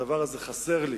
הדבר הזה חסר לי